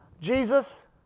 Jesus